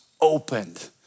opened